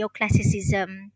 neoclassicism